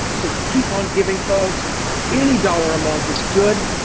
so keep on giving folks any dollar amount is good.